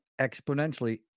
exponentially